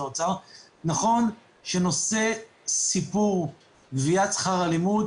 הרווחה שנושא סיפור גביית שכר הלימוד,